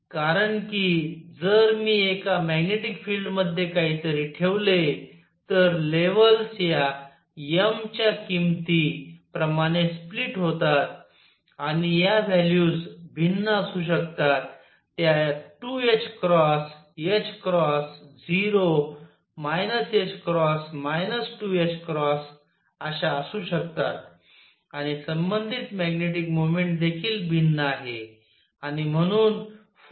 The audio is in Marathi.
कारण कि जर मी एका मॅग्नेटिक फिल्ड मध्ये काहीतरी ठेवले तर लेव्हल्स या m च्या किमती प्रमाणे स्प्लिट होतात आणि ह्या व्हॅल्यूज भिन्न असू शकतात त्या 2 0 2 अश्या असू शकतात आणि संबंधित मॅग्नेटिक मोमेन्ट देखील भिन्न आहे आणि म्हणून फोर्सेस सुद्धा भिन्न असतील